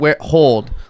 hold